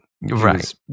Right